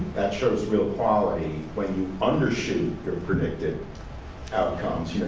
that shows real quality when you undershoot your predicted outcomes. you and